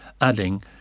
adding